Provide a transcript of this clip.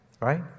Right